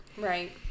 Right